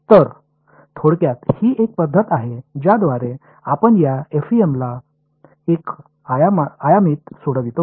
तर थोडक्यात ही एक पद्धत आहे ज्याद्वारे आपण या एफईएमला एक आयामीत सोडवितो